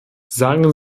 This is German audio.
sagen